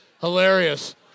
Hilarious